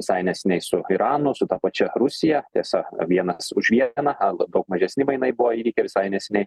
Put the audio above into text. visai neseniai su iranu su ta pačia rusija tiesa vienas už vieną ar daug mažesni mainai buvo įvykę visai neseniai